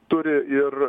turi ir